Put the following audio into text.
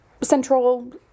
central